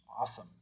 Awesome